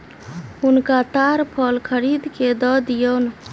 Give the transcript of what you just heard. हुनका ताड़ फल खरीद के दअ दियौन